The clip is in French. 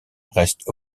restent